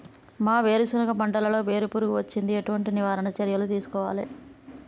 మా వేరుశెనగ పంటలలో వేరు పురుగు వచ్చింది? ఎటువంటి నివారణ చర్యలు తీసుకోవాలే?